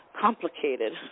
complicated